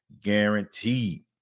guaranteed